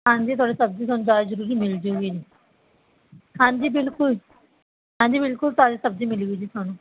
ਹਾਂਜੀ ਤੁਹਾਡੀ ਸਬਜ਼ੀ ਤੁਹਾਨੂੰ ਤਾਜ਼ੀ ਜ਼ਰੂਰ ਮਿਲ ਜੂਗੀ ਹਾਂਜੀ ਬਿਲਕੁਲ ਹਾਂਜੀ ਬਿਲਕੁਲ ਤਾਜ਼ੀ ਸਬਜ਼ੀ ਮਿਲਜੂ ਜੀ ਤੁਹਾਨੂੰ